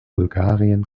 bulgarien